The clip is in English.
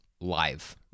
live